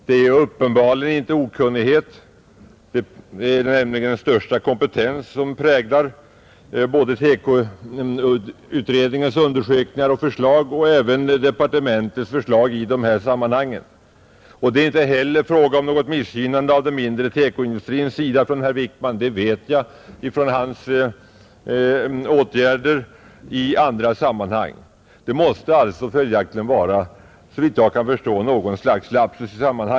Det är uppenbarligen inte fråga om okunnighet — den största kompetens präglar nämligen TEKO-utredningens undersökningar och förslag och även departementets förslag i de här sammanhangen — och inte heller om något missgynnande av den mindre TEKO-industrin från herr Wickmans sida; det vet jag från hans åtgärder i andra sammanhang. Följaktligen måste det såvitt jag kan förstå vara något slags lapsus.